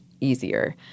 easier